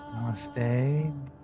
Namaste